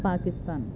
Pakistan